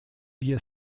wir